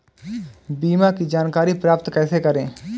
बीमा की जानकारी प्राप्त कैसे करें?